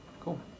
cool